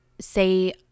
say